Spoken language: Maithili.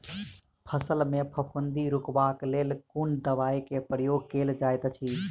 फसल मे फफूंदी रुकबाक लेल कुन दवाई केँ प्रयोग कैल जाइत अछि?